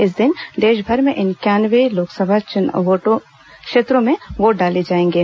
इस दिन देशभर में इंक्यानवे लोकसभा क्षेत्रों में वोट डाले जाएंगे